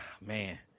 man